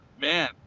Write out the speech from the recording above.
man